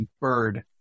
bird